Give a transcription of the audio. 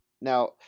now